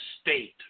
state